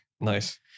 Nice